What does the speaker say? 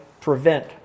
prevent